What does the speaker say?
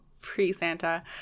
pre-Santa